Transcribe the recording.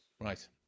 Right